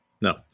no